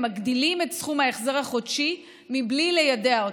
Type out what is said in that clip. מגדילים את סכום ההחזר החודשי בלי ליידע אותם.